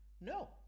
No